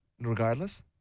Regardless